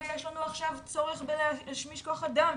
יש לנוע כשיו צורך להשמיש כוח אדם,